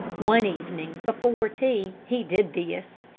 one evening, before tea, he did this.